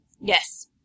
Yes